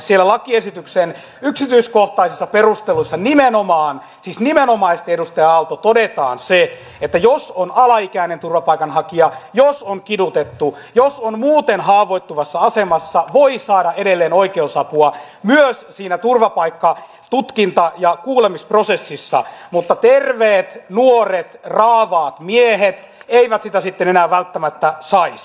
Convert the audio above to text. siellä lakiesityksen yksityiskohtaisissa perusteluissa nimenomaan siis nimenomaisesti edustaja aalto todetaan se että jos on alaikäinen turvapaikanhakija jos on kidutettu jos on muuten haavoittuvassa asemassa voi saada edelleen oikeusapua myös siinä turvapaikkatutkinta ja kuulemisprosessissa mutta terveet nuoret raavaat miehet eivät sitä sitten enää välttämättä saisi